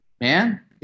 man